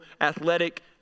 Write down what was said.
Athletic